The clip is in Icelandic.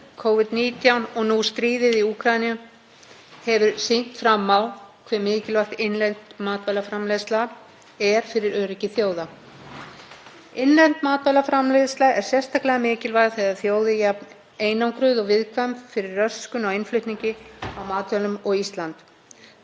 Innlend matvælaframleiðsla er sérstaklega mikilvæg þegar þjóð er jafn einangruð og viðkvæm fyrir röskun á innflutningi á matvælum og Ísland. Þess vegna er fullt tilefni til að ráðast í stórsókn í framleiðslu garðyrkjuafurða og styrkja alla aðra matvælaframleiðslu.